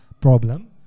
problem